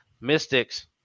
Mystics